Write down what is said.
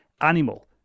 animal